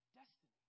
destiny